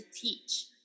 teach